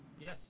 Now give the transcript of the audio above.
Yes